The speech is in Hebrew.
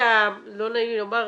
לא נעים לי לומר,